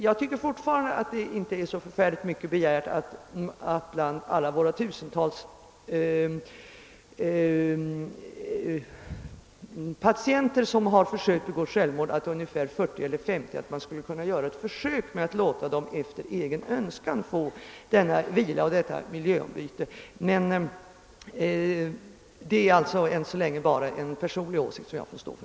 Jag tycker fortfarande att det inte är så mycket begärt att man skulle kunna göra ett prov med att låta 40 eller 50 av alla våra tusentals patienter, som har försökt begå självmord, efter egen önskan få denna vila och detta miljöombyte. Det är emellertid än så länge bara en personlig åsikt, som jag själv får stå för.